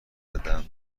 زدم